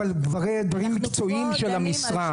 אבל דברים מקצועיים של המשרד.